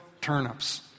turnips